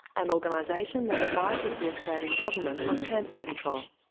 an organisation that advises the australian government on cancer control.